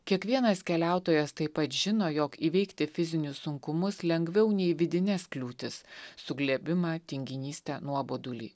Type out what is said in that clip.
kiekvienas keliautojas taip pat žino jog įveikti fizinius sunkumus lengviau nei vidines kliūtis suglebimą tinginystę nuobodulį